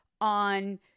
on